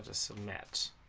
ah submit